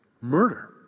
Murder